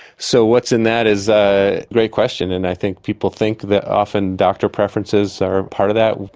so what's in that is a great question, and i think people think that often doctor preferences are part of that.